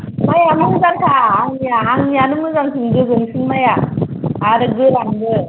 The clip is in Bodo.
माइया मोजांखा आंनिया आंनियानो मोजांसिन गोजोंसिन माइया आरो गोरानबो